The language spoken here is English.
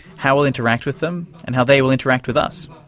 how we'll interact with them, and how they will interact with us.